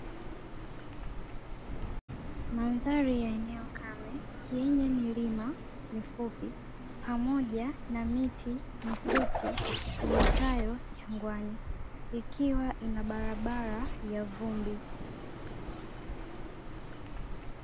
Madhari ya eneo kame yenye milima mifupi pamoja na miti mifupi, iotayo jangwani ikiwa inabarabara ya vumbi.